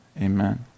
Amen